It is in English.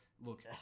look